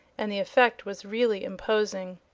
and the effect was really imposing.